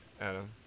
adam